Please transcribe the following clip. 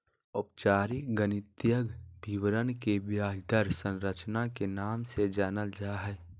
औपचारिक गणितीय विवरण के ब्याज दर संरचना के नाम से जानल जा हय